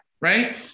Right